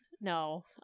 No